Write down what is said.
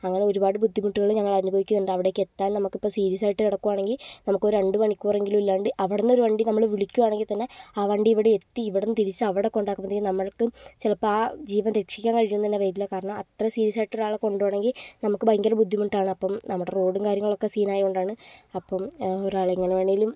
അങ്ങനെ ഒരുപാട് ബുദ്ധിമുട്ടുകൾ ഞങ്ങൾ അനുഭവിക്കുന്നുണ്ട് അവിടേക്ക് എത്താൻ നമുക്ക് ഇപ്പം സീരിയസ് ആയിട്ട് കിടക്കുകയാണെങ്കിൽ നമുക്ക് ഒരു രണ്ട് മണിക്കൂർ എങ്കിലും ഇല്ലാതെ അവിടെ നിന്ന് ഒരു വണ്ടി നമ്മൾ വിളിക്കുകയാണെങ്കിൽ തന്നെ ആ വണ്ടി ഇവിടെ എത്തി ഇവിടെ നിന്ന് തിരിച്ച് അവിടെ കൊണ്ടാക്കുമ്പോഴത്തേക്കും നമ്മൾക്കും ചിലപ്പം ആ ജീവൻ രക്ഷിക്കാൻ കഴിഞ്ഞു എന്ന് തന്നെ വരില്ല കാരണം അത്ര സീരിയസ് ആയിട്ട് ഒരാളെ കൊണ്ട് പോകണമെങ്കിൽ നമുക്ക് ഭയങ്കര ബുദ്ധിമുട്ടാണ് അപ്പം നമ്മുടെ റോഡും കാര്യങ്ങളൊക്കെ സീനായത് കൊണ്ടാണ് അപ്പം ഒരാൾ എങ്ങനെ വേണമെങ്കിലും